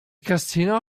casino